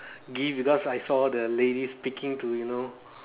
the gift because I saw the lady speaking to you know